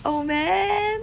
oh man